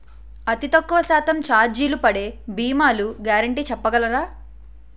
అతి తక్కువ శాతం ఛార్జీలు పడే భీమాలు గ్యారంటీ చెప్పగలరా?